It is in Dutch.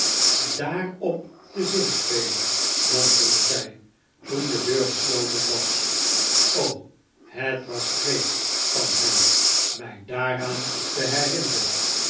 daarop te zinspelen mompelde zij toen de deur gesloten was het was wreed van hem mij daaraan te herinneren